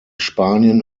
spanien